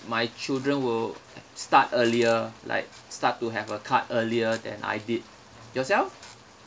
my children will start earlier like start to have a card earlier than I did yourself